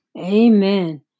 Amen